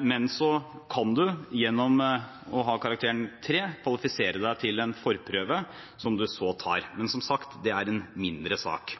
men at man gjennom å ha karakteren 3 kan kvalifisere seg til en forprøve, som man så tar. Men som sagt: Det er en mindre sak.